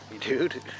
dude